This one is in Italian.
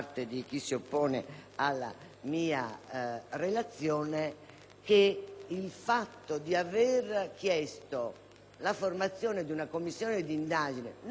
il fatto di aver chiesto la formazione di una Commissione d'indagine, non su questi fatti ma in generale su una casistica,